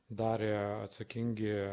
darė atsakingi